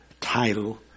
title